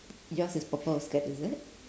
yours is purple skirt is it